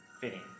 fitting